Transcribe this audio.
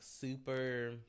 super